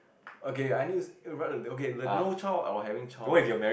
okay I need okay no child or having child right